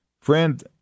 Friend